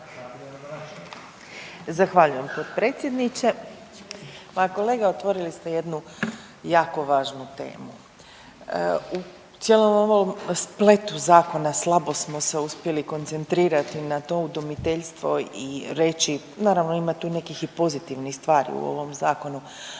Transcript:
Zahvaljujem potpredsjedniče. Pa kolega otvorili ste jednu jako važnu temu. U cijelom ovom spletu zakona slabo smo se uspjeli koncentrirati na to udomiteljstvo i reći, naravno ima tu i nekih i pozitivnih stvari u ovom zakonu,